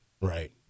right